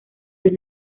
los